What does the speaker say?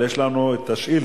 אבל יש לנו שאילתות.